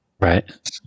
right